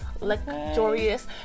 luxurious